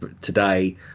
today